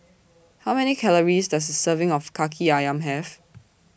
How Many Calories Does A Serving of Kaki Ayam Have